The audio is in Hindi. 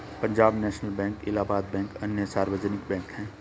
Punjab national bank Allahabad bank अन्य सार्वजनिक बैंक है